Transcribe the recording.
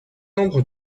nombre